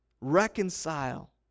reconcile